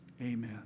amen